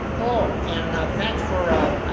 oh and now thanks for